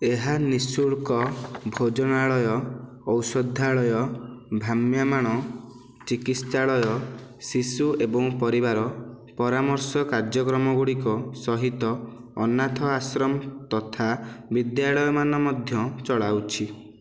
ଏହା ନିଃଶୁଳ୍କ ଭୋଜନାଳୟ ଔଷଧାଳୟ ଭ୍ରାମ୍ୟମାଣ ଚିକିତ୍ସାଳୟ ଶିଶୁ ଏବଂ ପରିବାର ପରାମର୍ଶ କାର୍ଯ୍ୟକ୍ରମଗୁଡ଼ିକ ସହିତ ଅନାଥ ଆଶ୍ରମ ତଥା ବିଦ୍ୟାଳୟମାନ ମଧ୍ୟ ଚଳାଉଛି